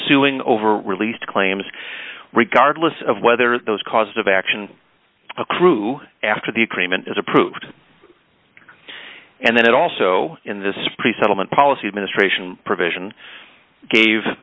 suing over released claims regardless of whether those causes of action accrue after the agreement is approved and then it also in this pre settlement policy administration provision gave